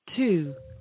Two